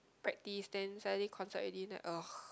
practice then Saturday concert already then